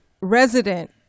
resident